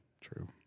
True